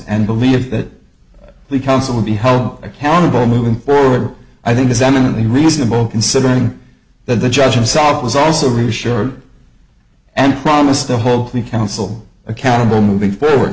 and believed that the council would be held accountable moving forward i think is eminently reasonable considering that the judge of salt was also reassured and promised to hold the council accountable moving forward